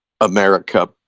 america